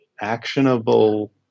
actionable